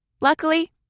Luckily